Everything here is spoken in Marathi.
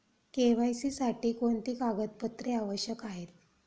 के.वाय.सी साठी कोणती कागदपत्रे आवश्यक आहेत?